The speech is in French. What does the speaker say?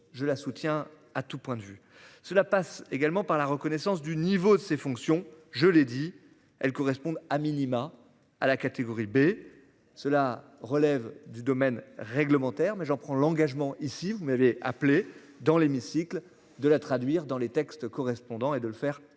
je la soutiens à tout point de vue cela passe également par la reconnaissance du niveau de ses fonctions. Je l'ai dit-elle correspondent à minima à la catégorie B, cela relève du domaine réglementaire, mais j'en prends l'engagement ici, vous m'avez appelé dans l'hémicycle de la traduire dans les textes correspondants et de le faire